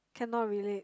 cannot relate